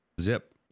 zip